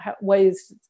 ways